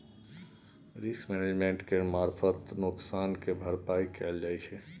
risk management केर मारफत नोकसानक भरपाइ कएल जाइ छै